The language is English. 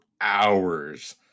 hours